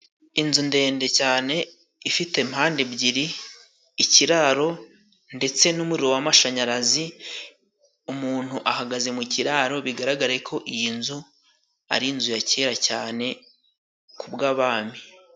Inzu ndende cyane ifite mpande ebyiri, ikiraro ndetse n’umuriro w’amashanyarazi. Umuntu ahagaze mu kiraro, bigaragara ko iyi nzu ari nzu ya kera cyane, kubw’abami.